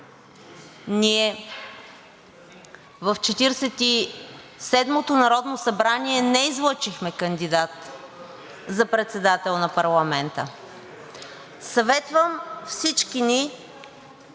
и седмото народно събрание не излъчихме кандидат за председател на парламента. Съветвам всички ни